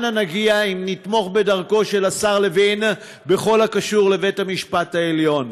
אנה נגיע אם נתמוך בדרכו של השר לוין בכל הקשור לבית-המשפט העליון?